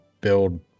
build